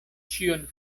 ĉion